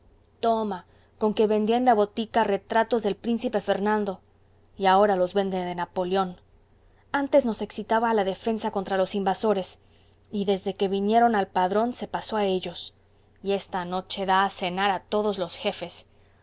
toma como que vendía en la botica retratos del príncipe fernando y ahora los vende de napoleón antes nos excitaba a la defensa contra los invasores y desde que vinieron al padrón se pasó a ellos y esta noche da de cenar a todos los jefes